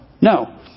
No